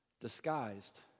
Disguised